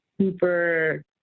super